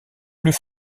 plus